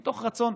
מתוך רצון,